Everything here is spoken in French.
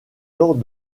tort